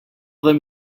them